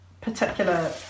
particular